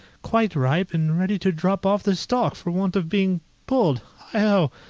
quite ripe, and ready to drop off the stalk for want of being pulled heigh-ho!